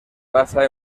basa